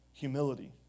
humility